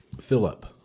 Philip